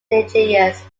indigenous